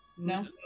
No